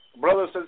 brothers